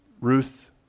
Ruth